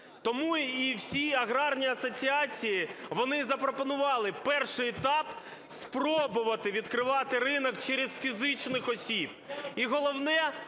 Тому і всі аграрні асоціації, вони запропонували перший етап - спробувати відкривати ринок через фізичних осіб, і головне,